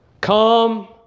come